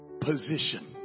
position